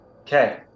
Okay